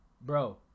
bro